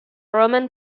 roman